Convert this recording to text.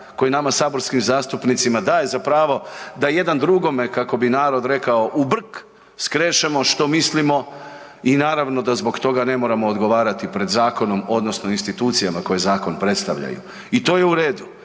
koji nama saborskim zastupnicima daje za pravo da jedan drugome, kako bi narod rekao, u brk skrešemo što mislimo i naravno da zbog toga ne moramo odgovarati pred zakonom odnosno institucijama koje zakon predstavljaju i to je u redu.